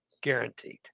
Guaranteed